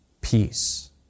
peace